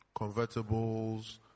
convertibles